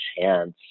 chance